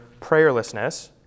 prayerlessness